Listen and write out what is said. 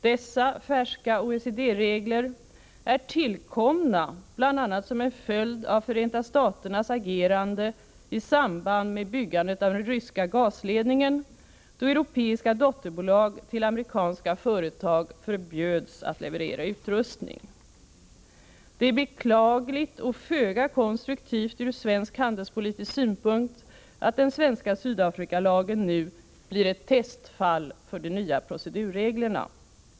Dessa färska OECD-regler är tillkomna bl.a. som en följd av Förenta Staternas agerande i samband med byggandet av den ryska gasledningen, då europeiska dotterbolag till amerikanska företag förbjöds att leverera utrustning. Det är beklagligt och föga konstruktivt ur svensk handelspolitisk synpunkt att den svenska Sydafrikalagen nu blir ett testfall för de nya procedurreglerna.